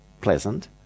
pleasant